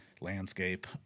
landscape